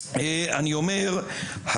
אז אני אומר,